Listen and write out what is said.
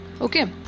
okay